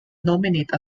nominate